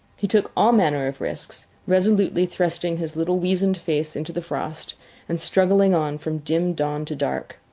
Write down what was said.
he took all manner of risks, resolutely thrusting his little weazened face into the frost and struggling on from dim dawn to dark.